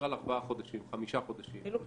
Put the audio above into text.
על ארבעה או חמישה חודשים -- אפילו פחות.